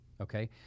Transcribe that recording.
Okay